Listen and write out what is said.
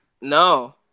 No